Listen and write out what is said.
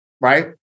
right